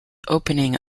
opening